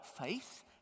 faith